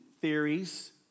theories